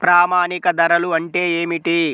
ప్రామాణిక ధరలు అంటే ఏమిటీ?